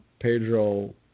Pedro